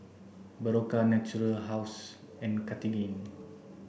Berocca Natura House and Cartigain